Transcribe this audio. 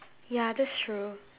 ya that's true